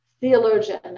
theologian